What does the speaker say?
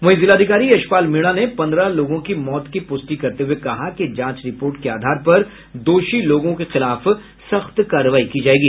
वहीं जिलाधिकारी यशपाल मीणा ने पन्द्रह लोगों की मौत के प्रष्टि करते हुये कहा कि जांच रिपोर्ट के आधार पर दोषी लोगों के खिलाफ सख्त कार्रवाई की जायेगी